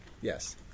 Yes